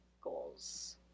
goals